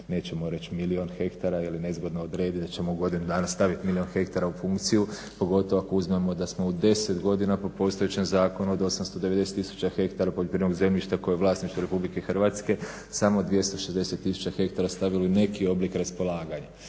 nećemo reći milijun hektara ili nezgodno odredit da ćemo u godinu dana stavit milijun hektara u funkciju, pogotovo ako uzmemo da smo u 10 godina po postojećem zakonu od 890 000 hektara poljoprivrednog zemljišta koje je u vlasništvu Republike Hrvatske samo 260 000 hektara stavili neki oblik raspolaganja.